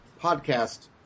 podcast